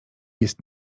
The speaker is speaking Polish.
jest